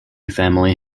family